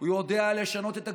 הוא יודע לשנות את הגיור,